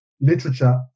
literature